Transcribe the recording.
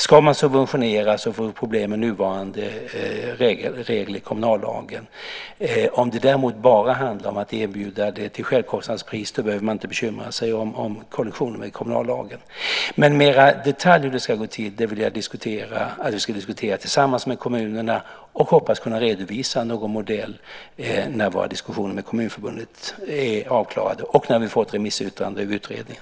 Om det ska subventioneras får vi problem med nuvarande regler i kommunallagen. Om det däremot bara handlar om att erbjuda det till självkostnadspris behöver man inte bekymra sig om kollisioner med kommunallagen. Men mer i detalj hur det ska gå till vill jag att vi ska diskutera tillsammans med kommunerna. Jag hoppas att kunna redovisa en modell när våra diskussioner med Kommunförbundet är avklarade och när vi har fått in remissyttranden över utredningen.